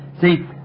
see